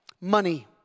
Money